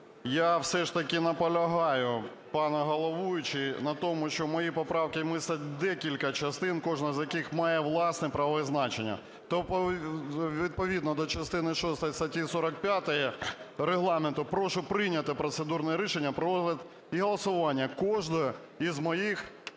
Я все ж таки наполягаю, пане головуючий, на тому, що мої поправки містять декілька частин, кожна з яких має власне правове значення. То відповідно до частини шостої статті 45 Регламенту прошу прийняти процедурне рішення про розгляд і голосування кожної із моїх